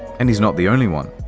and he's not the only one.